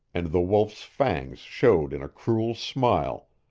and the wolf's fangs showed in a cruel smile,